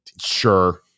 Sure